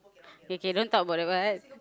okay don't talk about the what